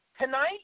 tonight